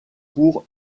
pour